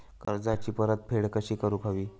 कर्जाची कशी परतफेड करूक हवी?